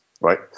right